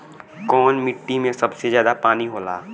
कौन मिट्टी मे सबसे ज्यादा पानी होला?